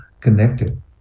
connected